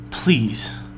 Please